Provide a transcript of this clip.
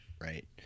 Right